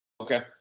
Okay